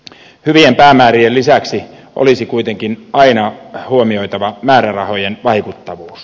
hyvien päämäärien lisäksi olisi kuitenkin aina huomioitava määrärahojen vaikuttavuus